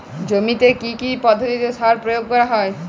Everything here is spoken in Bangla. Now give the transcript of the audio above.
জমিতে কী কী পদ্ধতিতে সার প্রয়োগ করতে হয়?